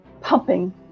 pumping